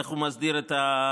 איך הוא מסדיר את הקיימים.